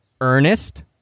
Ernest